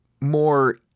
more